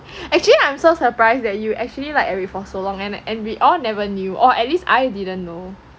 actually I'm so surprised that you actually like eric for so long and and we all never knew or at least I didn't know